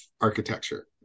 architecture